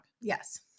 Yes